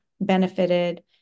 benefited